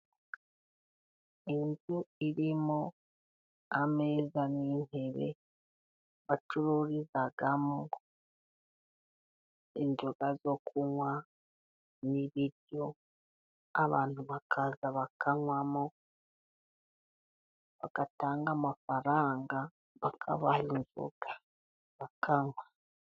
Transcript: Inzu irimo ameza n'intebe, bacururizamo inzoga zo kunywa, n'ibiryo, abantu bakaza bakanywamo, bagatanga amafaranga, bakabaha inzoga bakanywa.